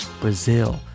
Brazil